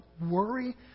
worry